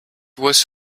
was